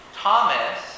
Thomas